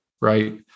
right